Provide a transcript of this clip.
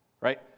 Right